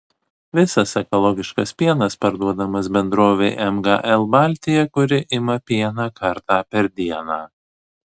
visas ekologiškas pienas parduodamas bendrovei mgl baltija kuri ima pieną kartą per dieną